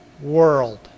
world